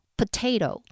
potato